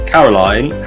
Caroline